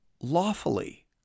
lawfully